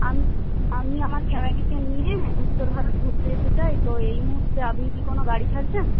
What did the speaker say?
আমি আমার ফ্যামিলিকে নিয়ে উত্তর ভারত ঘুরতে যেতে চাই তো এই মুহূর্তে আপনি কি কোনো গাড়ি ছাড়ছেন